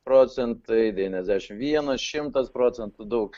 procentai devyniasdešimt vienas šimtas procentų daug